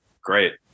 great